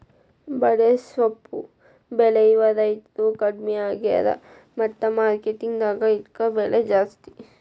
ಬಡೆಸ್ವಪ್ಪು ಬೆಳೆಯುವ ರೈತ್ರು ಕಡ್ಮಿ ಆಗ್ಯಾರ ಮತ್ತ ಮಾರ್ಕೆಟ್ ದಾಗ ಇದ್ಕ ಬೆಲೆ ಜಾಸ್ತಿ